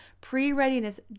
Pre-readiness